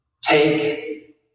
Take